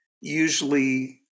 usually